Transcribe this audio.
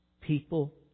people